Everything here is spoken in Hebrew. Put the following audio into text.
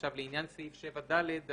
לעניין סעיף 7ד, זה